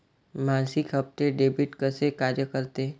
मासिक हप्ते, डेबिट कसे कार्य करते